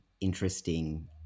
interesting